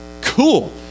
Cool